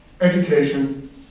education